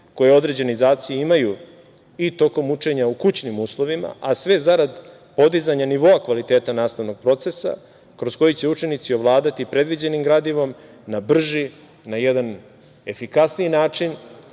koje određeni đaci imaju i tokom učenja u kućnim uslovima, a sve zarad podizanja nivoa kvaliteta nastavnog procesa kroz koji će učenici ovladati predviđenim gradivom na brži, na jedan efikasniji način